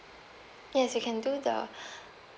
yes you can do the